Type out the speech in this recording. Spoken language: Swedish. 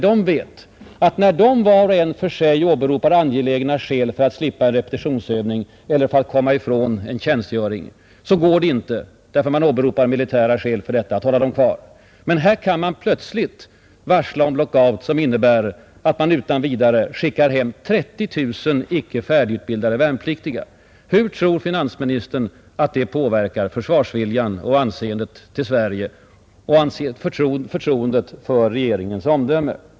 De vet att när de var och en för sig åberopar angelägna skäl för att slippa en repetitionsövning eller för att få ledigt från sin tjänstgöring, får de nästan alltid avslag — då åberopas militära skäl för att hålla dem kvar. Men nu kan staten själv plötsligt varsla om lockout som innebär att man skickar hem 30 000 icke färdigutbildade värnpliktiga. Hur tror finansministern att det påverkar försvarsviljan och förtroendet för regeringens omdöme?